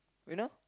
you know